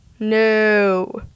no